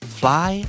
fly